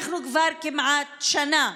אנחנו כבר כמעט שנה.